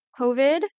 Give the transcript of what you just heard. COVID